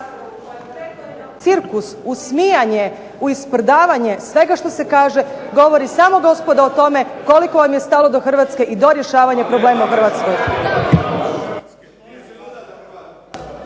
cirkus, u smijanje u isprdavanje svega što se kaže govori samo gospodo o tome koliko vam je stalo do Hrvatske i do rješavanja problema u Hrvatskoj.